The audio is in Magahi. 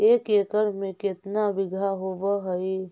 एक एकड़ में केतना बिघा होब हइ?